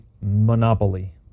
monopoly